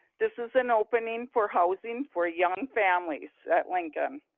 this is an opening for housing for young families at lincoln.